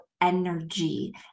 energy